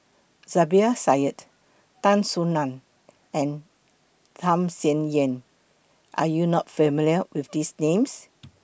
Zubir Said Tan Soo NAN and Tham Sien Yen Are YOU not familiar with These Names